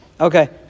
Okay